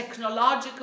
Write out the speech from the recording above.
technological